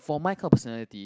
for my core personality